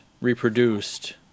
reproduced